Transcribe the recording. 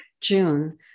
June